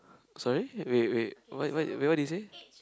sorry wait wait what what what did you say